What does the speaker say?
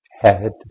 head